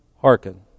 hearken